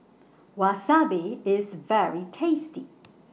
Wasabi IS very tasty